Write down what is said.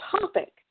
topic